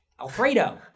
Alfredo